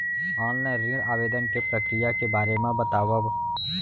Online ऋण आवेदन के प्रक्रिया के बारे म बतावव?